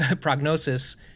prognosis